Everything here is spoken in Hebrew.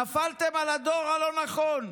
נפלתם על הדור הלא-נכון.